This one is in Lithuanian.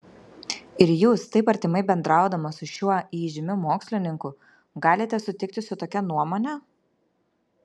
ir jūs taip artimai bendraudama su šiuo įžymiu mokslininku galite sutikti su tokia nuomone